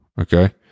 Okay